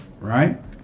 right